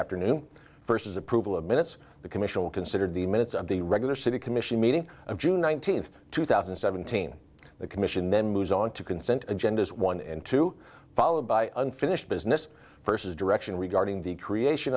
afternoon first as approval of minutes the commission considered the minutes of the regular city commission meeting of june nineteenth two thousand and seventeen the commission then moves on to consent agendas one and two followed by unfinished business first is direction regarding the creation